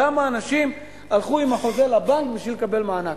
כמה אנשים הלכו עם החוזה לבנק בשביל לקבל מענק.